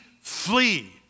flee